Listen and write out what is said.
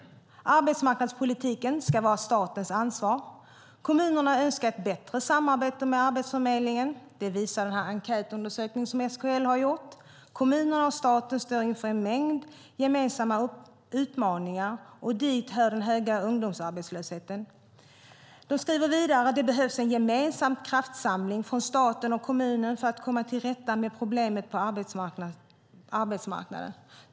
Arbetsmarknadspolitiken ska vara statens ansvar. - Kommunerna önskar ett bättre samarbete med Arbetsförmedlingen. Det visar en enkät från SKL. - Kommunerna och staten står inför en mängd gemensamma utmaningar. Dit hör den höga ungdomsarbetslösheten. - Det behövs en gemensam kraftsamling från stat och kommun för att komma tillrätta med problemen på arbetsmarknaden."